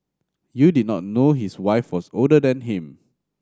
you did not know his wife was older than him